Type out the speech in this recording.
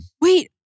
Wait